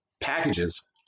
packages